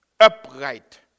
Upright